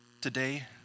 Today